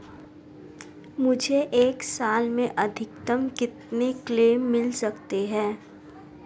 मुझे एक साल में अधिकतम कितने क्लेम मिल सकते हैं?